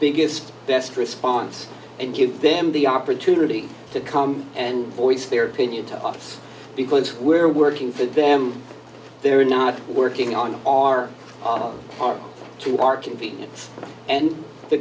biggest best response and give them the opportunity to come and voice their opinion to us because we're working for them they're not working on our part to our convenience and the